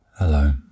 Hello